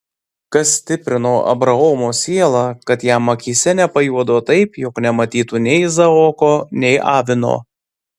kas stiprino abraomo sielą kad jam akyse nepajuodo taip jog nematytų nei izaoko nei avino